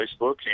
Facebook